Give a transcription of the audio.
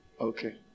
Okay